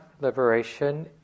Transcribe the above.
liberation